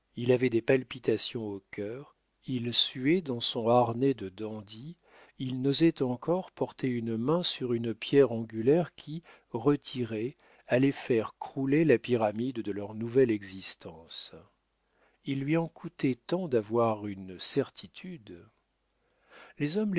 il avait des palpitations au cœur il suait dans son harnais de dandy il n'osait encore porter une main sur une pierre angulaire qui retirée allait faire crouler la pyramide de leur mutuelle existence il lui en coûtait tant d'avoir une certitude les hommes